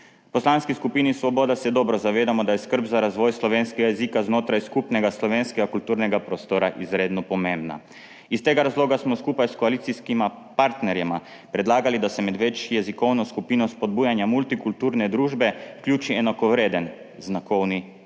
Poslanski skupini Svoboda se dobro zavedamo, da je skrb za razvoj slovenskega jezika znotraj skupnega slovenskega kulturnega prostora izredno pomembna. Iz tega razloga smo skupaj s koalicijskima partnerjema predlagali, da se med večjezikovno skupino spodbujanja multikulturne družbe vključi enakovreden znakovni jezik.